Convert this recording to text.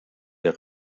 der